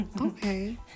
Okay